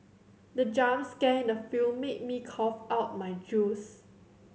the jump scare in the film made me cough out my juice